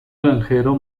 granjero